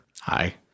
Hi